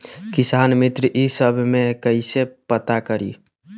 किसान मित्र ई सब मे कईसे पता करी?